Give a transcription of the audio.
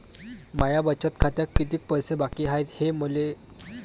माया बचत खात्यात कितीक पैसे बाकी हाय, हे तुम्ही मले सांगू सकानं का?